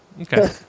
Okay